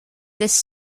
this